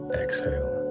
exhale